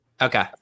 Okay